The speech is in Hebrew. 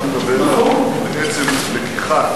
אתה בעצם מדבר על לקיחת,